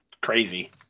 crazy